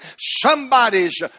Somebody's